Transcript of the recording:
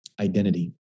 Identity